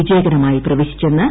വിജയകരമായി പ്രവേശിച്ചെന്ന് ഐ